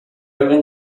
even